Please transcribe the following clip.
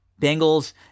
Bengals